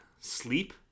Sleep